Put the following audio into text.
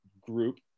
group